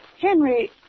Henry